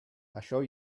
això